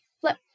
flip